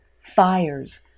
fires